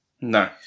No